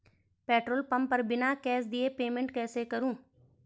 Petrol pump पर बिना cash दिए पेमेंट कैसे करूँ?